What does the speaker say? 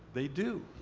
they do.